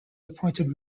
appointed